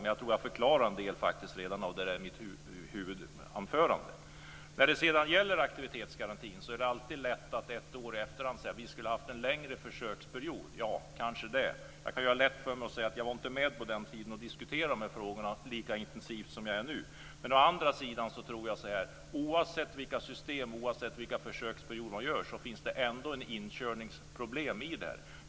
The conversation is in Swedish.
Jag tror att jag förklarade en del av detta redan i mitt huvudanförande. När det sedan gäller aktivitetsgarantin är det alltid lätt att ett år efter anse att vi skulle ha haft en längre försöksperiod. Kanske det. Jag kan göra det lätt för mig och säga att jag inte var med på den tiden och diskuterade de här frågorna lika intensivt som jag gör nu. Men oavsett vilka system, oavsett vilka försöksperioder man har tror jag ändå att det finns inkörningsproblem.